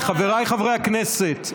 חבריי חברי הכנסת,